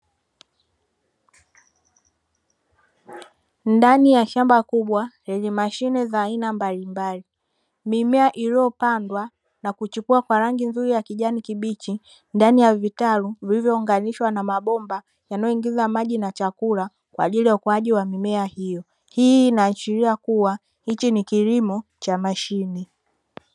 Ndani ya shamba kubwa lenye mashine za aina mbalimbali, mimea iliyopandwa na kuchipua kwa rangi nzuri ya kijani kibichi ndani ya vitalu vilivyounganishwa na mabomba yanayoingiza maji na chakula, kwa ajili ya ukuaji wa mimea hiyo. Hii inaashiria kuwa hiki ni kilimo cha mashine.